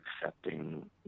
accepting